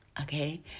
okay